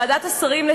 ועדת השרים הקודמת,